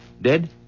Dead